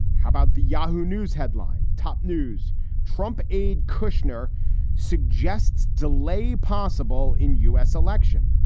how about the yahoo! news headline? top news trump aide kushner suggests delay possible in u s. election.